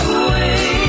away